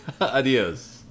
Adios